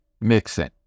mixing